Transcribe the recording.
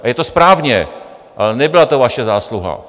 A je to správně, ale nebyla to vaše zásluha.